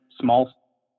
small